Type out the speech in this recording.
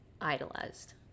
Idolized